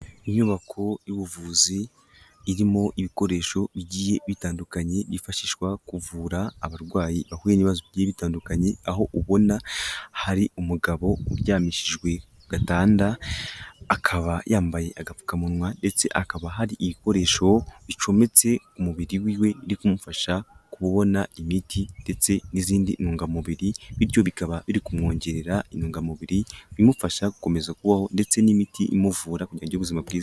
Inyubako y'ubuvuzi irimo ibikoresho bigiye bitandukanye, yifashishwa kuvura abarwayi bahuye n'ibibazo bigiye bitandukanye, aho ubona hari umugabo uryamishijwe ku gatanda, akaba yambaye agapfukamunwa ndetse akaba hari ibikoresho bicometse ku mubiri wiwe, biri kumufasha kubona imiti ndetse n'izindi ntungamubiri, bityo bikaba biri kumwongerera intungamubiri bimufasha gukomeza kubaho ndetse n'imiti imuvura kugira agaire ubuzima bwiza.